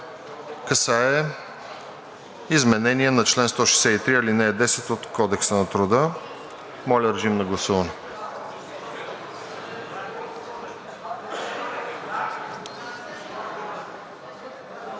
касае изменение на чл. 163, ал. 10 от Кодекса на труда. Моля, режим на гласуване.